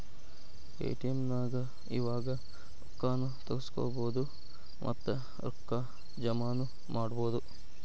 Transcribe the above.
ATM ನ್ಯಾಗ್ ಇವಾಗ ರೊಕ್ಕಾ ನು ತಗ್ಸ್ಕೊಬೊದು ಮತ್ತ ರೊಕ್ಕಾ ಜಮಾನು ಮಾಡ್ಬೊದು